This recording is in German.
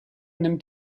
nimmt